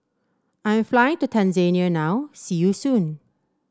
I am flying to Tanzania now see you soon